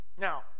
Now